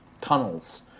tunnels